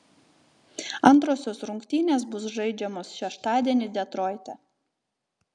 antrosios rungtynės bus žaidžiamos šeštadienį detroite